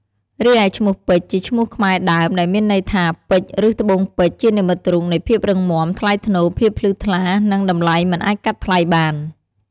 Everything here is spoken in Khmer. រីឯឈ្មោះពេជ្រ ជាឈ្មោះខ្មែរដើម ដែលមានន័យថា ពេជ្រ ឬ ត្បូងពេជ្រ ជានិមិត្តរូបនៃភាពរឹងមាំ ថ្លៃថ្នូរ ភាពភ្លឺថ្លា និងតម្លៃមិនអាចកាត់ថ្លៃបាន។